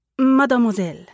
Mademoiselle